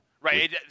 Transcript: Right